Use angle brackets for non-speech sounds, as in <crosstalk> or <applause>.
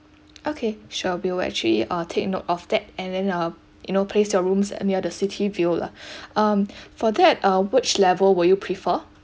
okay sure we'll actually uh take note of that and then uh you know place your rooms near the city view lah <breath> um <breath> for that uh which level would you prefer